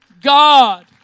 God